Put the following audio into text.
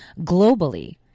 globally